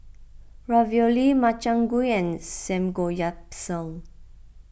Ravioli Makchang Gui and Samgeyopsal